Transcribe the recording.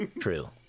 True